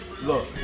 Look